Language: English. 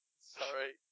Sorry